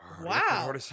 wow